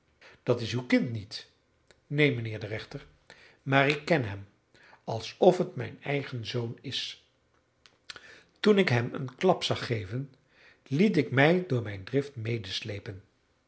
dat is uw kind niet neen mijnheer de rechter maar ik ken hem alsof het mijn eigen zoon is toen ik hem een klap zag geven liet ik mij door mijn drift